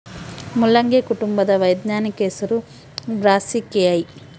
ಮುಲ್ಲಂಗಿ ಕುಟುಂಬದ ವೈಜ್ಞಾನಿಕ ಹೆಸರು ಬ್ರಾಸಿಕೆಐ